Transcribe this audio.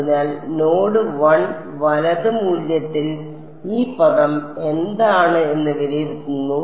അതിനാൽ നോഡ് 1 വലത് മൂല്യത്തിൽ ഈ പദം എന്താണ് എന്ന് വിലയിരുത്തുന്നു